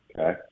Okay